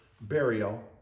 burial